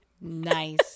Nice